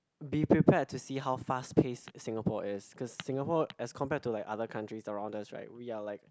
be prepared to see how fast pace Singapore as because Singapore as compare to like other country surround us right we are like